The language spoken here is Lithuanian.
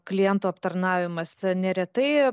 klientų aptarnavimas neretai